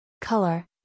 Color